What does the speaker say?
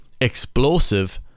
explosive